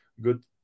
good